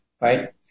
Right